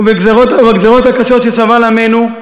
ובגזירות הקשות שסבל עמנו,